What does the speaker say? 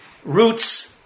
Roots